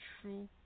true